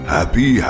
Happy